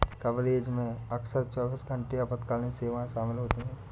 coverage में अक्सर चौबीस घंटे आपातकालीन सेवाएं शामिल होती हैं